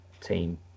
team